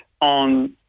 on